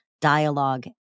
dialogue